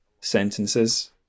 sentences